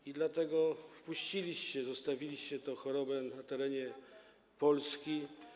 I dlatego wpuściliście i zostawiliście tę chorobę na terenie Polski.